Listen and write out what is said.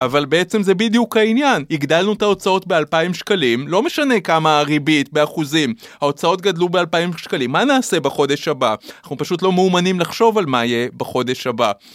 אבל בעצם זה בדיוק העניין, הגדלנו את ההוצאות באלפיים שקלים, לא משנה כמה הריבית באחוזים, ההוצאות גדלו באלפיים שקלים. מה נעשה בחודש הבא? אנחנו פשוט לא מאומנים לחשוב על מה יהיה בחודש הבא.